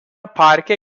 parke